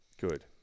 Good